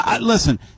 Listen